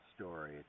story